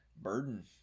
burden